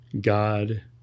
God